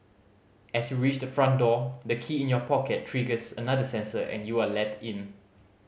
as you reach the front door the key in your pocket triggers another sensor and you are let in